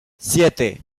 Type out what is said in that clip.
siete